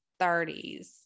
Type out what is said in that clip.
30s